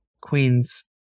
queens